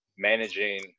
managing